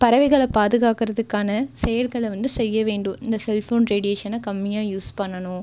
பறவைகளை பாதுகாக்கிறதுக்கான செயல்களை வந்து செய்ய வேண்டும் இந்த செல் ஃபோன் ரேடியேஷனை கம்மியாக யூஸ் பண்ணணும்